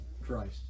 Christ